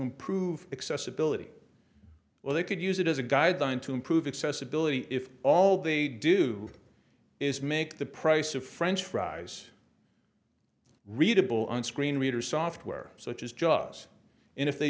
improve accessibility well they could use it as a guideline to improve excess ability if all they do is make the price of french fries readable on screen reader software such as jobs and if they